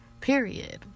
period